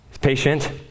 patient